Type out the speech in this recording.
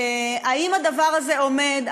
האם הדבר הזה עומד?